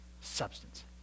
substance